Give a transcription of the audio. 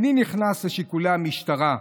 איני נכנס לשיקולי המשטרה,